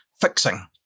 fixing